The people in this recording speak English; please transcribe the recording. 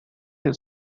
his